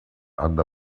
under